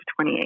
28